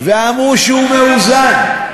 ואמרו שהוא מאוזן.